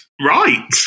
right